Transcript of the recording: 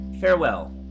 farewell